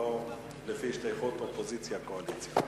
ולא לפי השתייכות לאופוזיציה או לקואליציה.